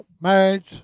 marriage